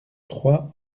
trois